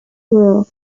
rural